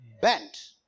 bent